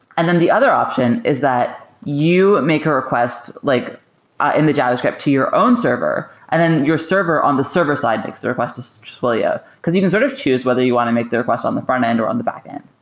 and then the other option is that you make a request like ah in the javascript to your own server, and then your server on the server side makes a request to twilio, because you can sort of choose whether you want to make the request on the frontend or on the backend.